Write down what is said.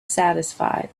satisfied